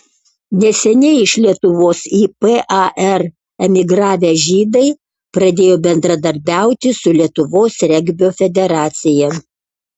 neseniai iš lietuvos į par emigravę žydai pradėjo bendradarbiauti su lietuvos regbio federacija